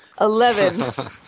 Eleven